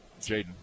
Jaden